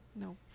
No